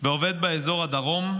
והוא עובד באזור הדרום.